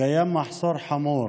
קיים מחסור חמור